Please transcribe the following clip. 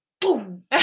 Boom